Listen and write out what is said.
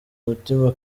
umutima